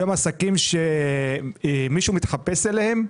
היום עסקים שמישהו מתחפש אליהם,